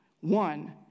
one